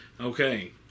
Okay